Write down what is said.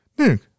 Nick